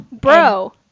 Bro